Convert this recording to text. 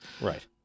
Right